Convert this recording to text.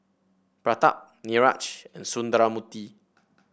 Pratap Niraj and Sundramoorthy